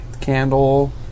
candle